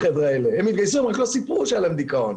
הם התגייסו אבל לא סיפרו שהיה להם דיכאון.